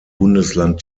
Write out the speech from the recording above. bundesland